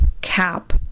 CAP